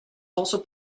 also